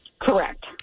Correct